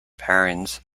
parents